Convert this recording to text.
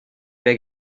beg